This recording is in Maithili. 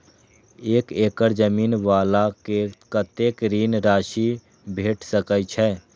एक एकड़ जमीन वाला के कतेक ऋण राशि भेट सकै छै?